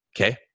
Okay